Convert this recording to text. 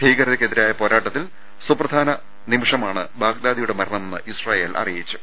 ഭീകരതക്കെ തിരായ പോരാട്ടത്തിൽ സൂപ്രധാന നിമിഷമാണ് ബാഗ്ദാദിയുടെ മര ണമെന്ന് ഇസ്രായേൽ അറിയിച്ചു